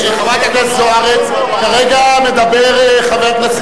חברת הכנסת זוארץ, כרגע מדבר חבר הכנסת